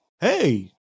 hey